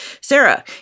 Sarah